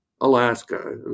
Alaska